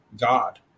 God